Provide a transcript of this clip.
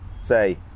say